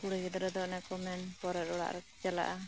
ᱠᱩᱲᱤ ᱜᱤᱫᱽᱨᱟᱹ ᱫᱚ ᱚᱱᱮ ᱠᱚ ᱢᱮᱱ ᱯᱚᱨᱮᱨ ᱚᱲᱟᱜ ᱮᱢ ᱪᱟᱞᱟᱜᱼᱟ